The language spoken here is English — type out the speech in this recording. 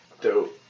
Dope